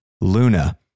Luna